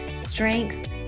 strength